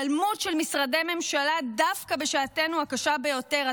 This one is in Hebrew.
היעלמות של משרדי ממשלה דווקא בשעתנו הקשה ביותר,